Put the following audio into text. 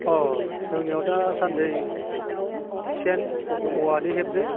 अ जोंनियाव दासान्दि सेन औवानि हेबदों